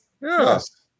Yes